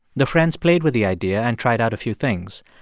the friends played with the idea and tried out a few things.